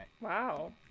Wow